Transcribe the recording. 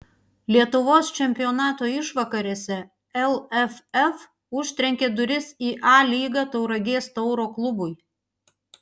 lietuvos čempionato išvakarėse lff užtrenkė duris į a lygą tauragės tauro klubui